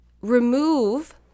remove